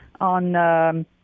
on